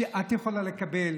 שאת יכולה לקבל,